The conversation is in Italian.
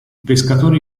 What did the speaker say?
pescatore